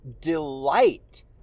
delight